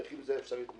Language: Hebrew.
איך עם זה אפשר להתמודד?